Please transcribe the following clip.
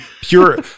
pure